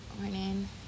morning